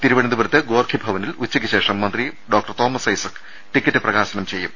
തിരുവനന്തപുരത്ത് ഗോർഖി ഭവനിൽ ഉച്ചയ്ക്ക് ശേഷം മന്ത്രി ഡോക്ടർ തോമസ് ഐസക് ടിക്കറ്റ് പ്രകാശനം ചെയ്യും